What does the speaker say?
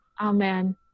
amen